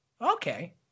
Okay